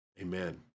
Amen